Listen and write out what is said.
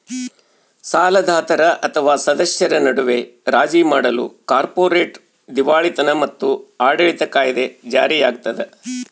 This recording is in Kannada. ಸಾಲದಾತರ ಅಥವಾ ಸದಸ್ಯರ ನಡುವೆ ರಾಜಿ ಮಾಡಲು ಕಾರ್ಪೊರೇಟ್ ದಿವಾಳಿತನ ಮತ್ತು ಆಡಳಿತ ಕಾಯಿದೆ ಜಾರಿಯಾಗ್ತದ